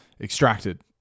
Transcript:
extracted